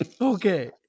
Okay